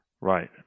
Right